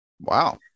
Wow